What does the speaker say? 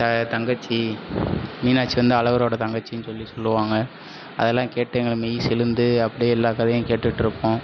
த தங்கச்சி மீனாட்சி வந்து அழகரோட தங்கச்சின்னு சொல்லி சொல்லுவாங்க அதெல்லாம் கேட்டு எங்களுக்கு மெய் சிலிர்ந்து அப்படியே எல்லா கதையும் கேட்டுகிட்டு இருப்போம்